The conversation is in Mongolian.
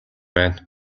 байна